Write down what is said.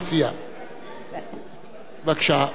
אדוני היושב-ראש,